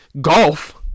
golf